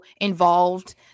involved